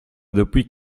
depuis